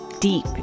deep